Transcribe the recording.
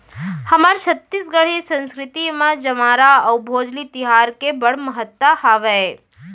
हमर छत्तीसगढ़ी संस्कृति म जंवारा अउ भोजली तिहार के बड़ महत्ता हावय